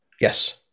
Yes